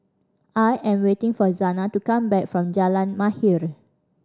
I am waiting for Zana to come back from Jalan Mahir